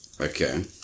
Okay